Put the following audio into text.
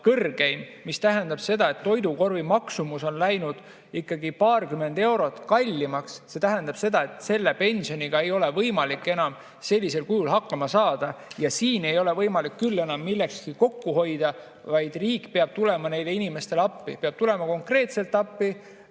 kõrgeim, tähendab seda, et toidukorvi maksumus on läinud ikkagi paarkümmend eurot kallimaks. See tähendab seda, et selle pensioniga ei ole võimalik enam hakkama saada. Ja siin ei ole võimalik küll enam milleski kokku hoida, vaid riik peab tulema neile inimestele appi. Peab tulema konkreetselt appi.